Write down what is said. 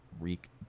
Reek